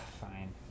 fine